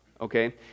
okay